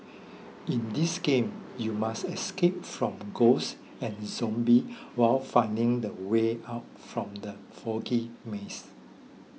in this game you must escape from ghosts and zombie while finding the way out from the foggy maze